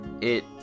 it-